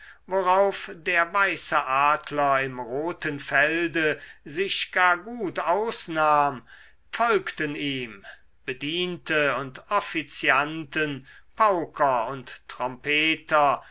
worauf der weiße adler im roten felde sich gar gut ausnahm folgten ihm bediente und offizianten pauker und trompeter